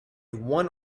one